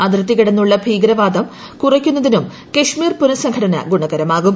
അതിർത്തി കടന്നുള്ള തീവ്രവാദം കുറയ്ക്കുന്നതിനും കശ്മീർ പുനഃസംഘടന ഗുണകരമാകും